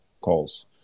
calls